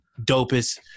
dopest